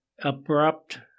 abrupt